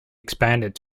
expanded